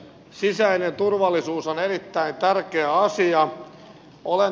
sisäinen turvallisuus on erittäin tärkeä asia